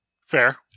Fair